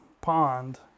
pond